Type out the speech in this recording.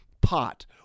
pot